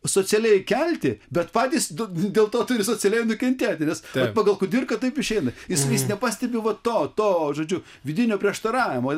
socialiai kelti bet patys dėl to tai socialiai nukentėti nes kad pagal kudirką taip išeina jis jis nepastebi vat to to žodžiu vidinio prieštaravimo